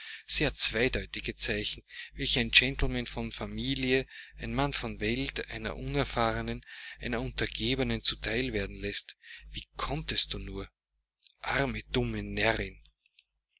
gefunden sehr zweideutige zeichen welche ein gentleman von familie ein mann von welt einer unerfahrenen einer untergebenen zu teil werden läßt wie konntest du nur arme dumme närrin